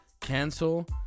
cancel